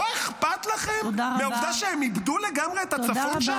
לא אכפת לכם מהעובדה שהם איבדו לגמרי את הצפון שם?